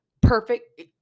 perfect –